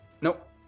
Nope